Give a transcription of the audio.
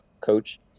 Coach